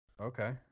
Okay